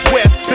West